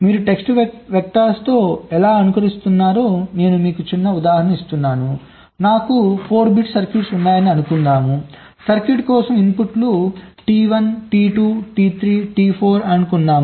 మీరు టెస్ట్ వెక్టర్స్తో ఎలా అనుకరిస్తున్నారో నేను మీకు ఒక చిన్న ఉదాహరణ ఇస్తున్నాను నాకు 4 బిట్ సర్క్యూట్లు ఉన్నాయని అనుకుందాం సర్క్యూట్ల కోసం ఇన్పుట్లు T1 T2 T3 T4 అని అనుకుందాం